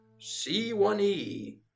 C1E